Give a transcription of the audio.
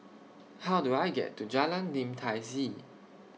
How Do I get to Jalan Lim Tai See